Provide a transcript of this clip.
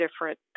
different